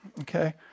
Okay